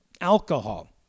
alcohol